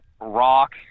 rock